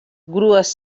grues